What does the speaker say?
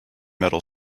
metal